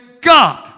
God